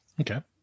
Okay